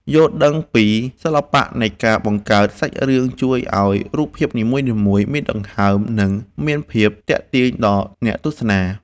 យល់ដឹងពីសិល្បៈនៃការបង្កើតសាច់រឿងជួយឱ្យរូបភាពនីមួយៗមានដង្ហើម និង មានភាពទាក់ទាញដល់អ្នកទស្សនា។